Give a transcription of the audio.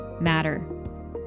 matter